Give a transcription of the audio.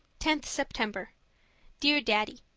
tenth september dear daddy,